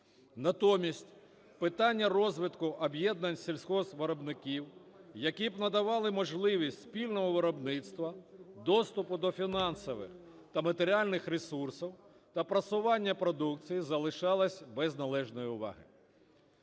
Натомість питання розвитку об'єднань сільхозвиробників, які б надавали можливість спільного виробництва, доступу до фінансових та матеріальних ресурсів та просування продукції, залишалися без належної уваги.